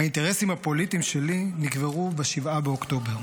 האינטרסים הפוליטיים שלי נקברו ב-7 באוקטובר.